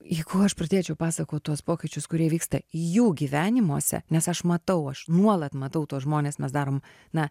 jeigu aš pradėčiau pasakot tuos pokyčius kurie įvyksta jų gyvenimuose nes aš matau aš nuolat matau tuos žmones mes darom na